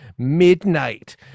midnight